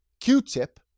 Q-tip